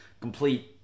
complete